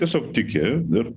tiesiog tiki ir